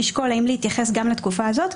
נשקול האם להתייחס גם לתקופה הזאת,